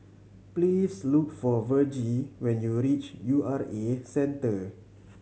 please look for Vergie when you reach U R A Centre